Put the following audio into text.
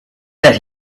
that